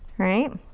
right.